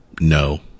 No